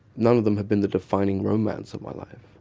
none of them have been the defining romance of my life,